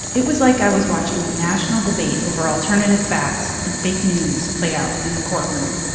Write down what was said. it was like i was watching the national debate over alternative facts and fake news play out in a courtroom.